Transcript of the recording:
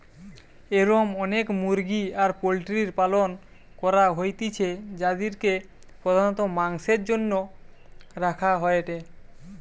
এরম অনেক মুরগি আর পোল্ট্রির পালন করা হইতিছে যাদিরকে প্রধানত মাংসের জন্য রাখা হয়েটে